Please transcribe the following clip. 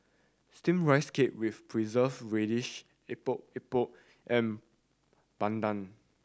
Steamed Rice Cake with Preserved Radish Epok Epok and bandung